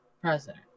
President